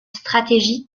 stratégie